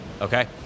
Okay